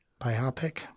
Biopic